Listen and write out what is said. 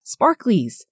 sparklies